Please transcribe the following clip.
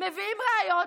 מביאים ראיות,